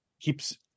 keeps